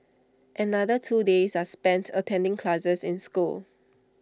another two days are spent attending classes in school